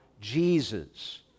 Jesus